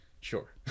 sure